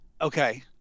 okay